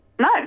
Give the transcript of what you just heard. No